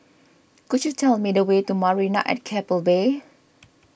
could you tell me the way to Marina at Keppel Bay